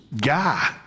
guy